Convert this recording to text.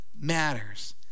matters